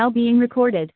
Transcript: call being recorded